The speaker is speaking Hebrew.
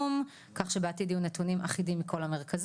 אבתיסאם מראענה